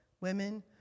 women